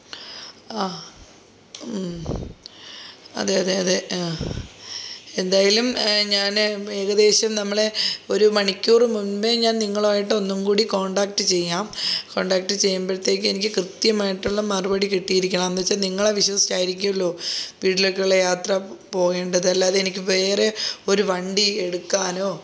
ആ അതെ അതെ അതെ ആ എന്തായാലും ഞാൻ ഏകദേശം നമ്മളെ ഒരു മണിക്കൂറ് മുമ്പേ ഞാൻ നിങ്ങളുമായിട്ട് ഒന്നുംകൂടി കോൺടാക്ട് ചെയ്യാം കോൺടാക്ട് ചെയ്യുമ്പോഴത്തേക്കും എനിക്ക് കൃത്യമായിട്ടുള്ള മറുപടി കിട്ടിയിരിക്കണം എന്താണെന്നു വച്ചാൽ നിങ്ങളെ വിശ്വസിച്ചായിരിക്കുമല്ലോ വീട്ടിലേക്കുള്ള യാത്ര പോകേണ്ടത് അല്ലാതെ എനിക്ക് വേറെ ഒരു വണ്ടി എടുക്കാനോ